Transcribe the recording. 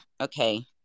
okay